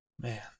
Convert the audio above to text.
Man